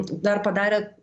dar padarė